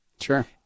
Sure